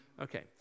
Okay